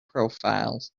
profiles